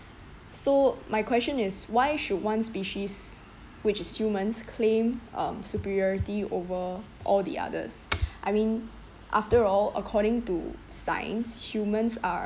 so my question is why should one species which is humans claim superiority over all the others I mean after all according to science humans are